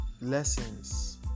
Lessons